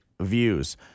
views